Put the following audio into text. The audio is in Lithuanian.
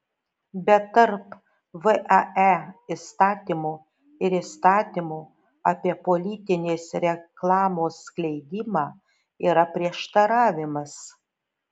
bet tarp vae įstatymo ir įstatymo apie politinės reklamos skleidimą yra prieštaravimas